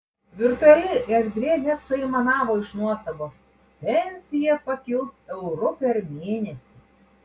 virtuali erdvė net suaimanavo iš nuostabos pensija pakils euru per mėnesį